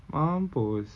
mampus